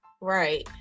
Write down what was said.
right